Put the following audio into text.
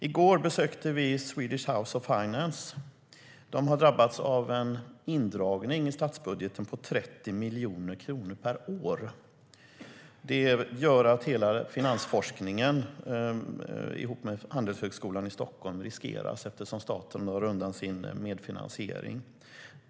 I går besökte vi Swedish House of Finance som har drabbats av neddragning i statsbudgeten på 30 miljoner kronor per år. Det gör att hela finansforskningen tillsammans med Handelshögskolan i Stockholm riskeras eftersom staten drar undan sin medfinansiering.